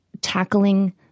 tackling